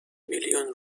میلیون